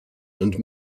and